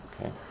Okay